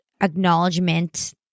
acknowledgement